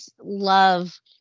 love